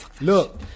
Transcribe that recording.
look